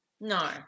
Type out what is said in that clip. No